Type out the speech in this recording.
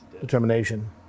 determination